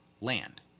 land